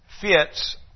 fits